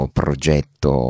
progetto